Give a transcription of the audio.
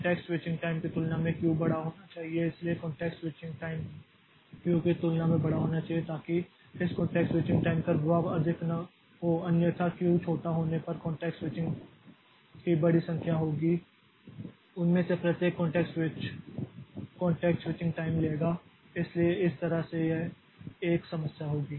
context switching time की तुलना में Q बड़ा होना चाहिए इसलिए कॉंटेक्स्ट स्विचिंग टाइम q की तुलना में बड़ा होना चाहिए ताकि इस कॉंटेक्स्ट स्विचिंग टाइम का प्रभाव अधिक न हो अन्यथा q छोटा होने पर कॉंटेक्स्ट स्विचिंग की बड़ी संख्या होगी उनमें से प्रत्येक context switch context switching time लेगा इसलिए इस तरह से यह एक समस्या होगी